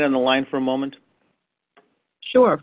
on the line for a moment sure